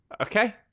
Okay